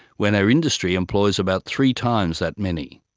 when our industry employs about three times that many.